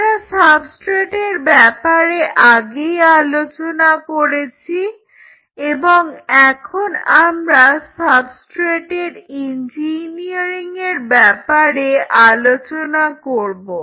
আমরা সাবস্ট্রেটের ব্যাপারে আগেই আলোচনা করেছি এবং এখন আমরা সাবস্ট্রেটের ইঞ্জিনিয়ারিংয়ের ব্যাপারে আলোচনা করব